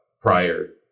prior